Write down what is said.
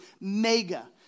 mega